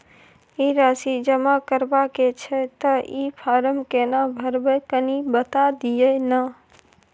ई राशि जमा करबा के छै त ई फारम केना भरबै, कनी बता दिय न?